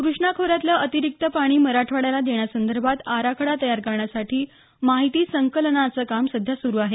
क्रष्णा खोऱ्यातलं अतिरिक्त पाणी मराठवाड्याला देण्यासंदर्भात आराखडा तयार करण्यासाठी माहिती संकलनाचं काम सध्या सुरू आहे